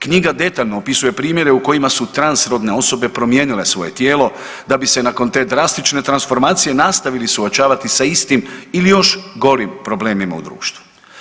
Knjiga detaljno opisuje primjere u kojima su transrodne osobe promijenile svoje tijelo da bi se nakon te drastične transformacije nastavili suočavati sa istim ili još gorim problemima u društvu.